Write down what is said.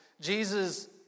Jesus